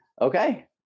okay